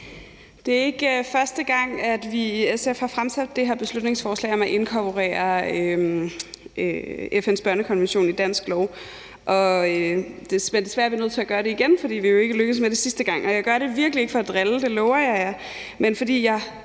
Det er ikke første gang, at vi i SF har fremsat det her beslutningsforslag om at inkorporere FN's børnekonvention i dansk lov. Desværre er vi nødt til at gøre det igen, fordi vi jo ikke lykkedes med det sidste gang. Og jeg gør det virkelig ikke for at drille, det lover jeg jer,